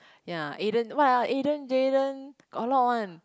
ya Aden what ah Aden Jayden got a lot one